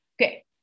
Okay